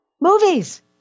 movies